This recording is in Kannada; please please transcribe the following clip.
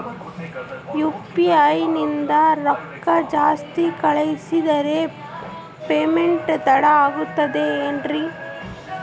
ಯು.ಪಿ.ಐ ನಿಂದ ರೊಕ್ಕ ಜಾಸ್ತಿ ಕಳಿಸಿದರೆ ಪೇಮೆಂಟ್ ತಡ ಆಗುತ್ತದೆ ಎನ್ರಿ?